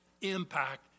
impact